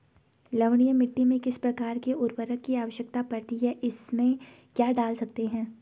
लवणीय मिट्टी में किस प्रकार के उर्वरक की आवश्यकता पड़ती है इसमें क्या डाल सकते हैं?